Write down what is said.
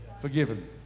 forgiven